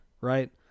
right